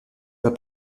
loi